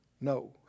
no